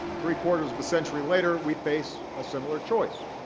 and three-quarters of a century later, we face a similar choice.